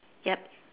yup